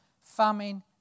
famine